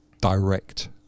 direct